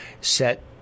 set